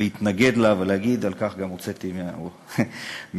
להתנגד לה ולהגיד; על כך גם הוצאתי מהאולם.